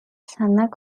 санааг